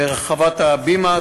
ברחבת "הבימה",